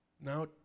Now